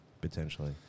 Potentially